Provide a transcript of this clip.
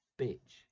bitch